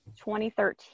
2013